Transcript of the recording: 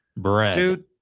Dude